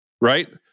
right